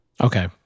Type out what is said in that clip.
Okay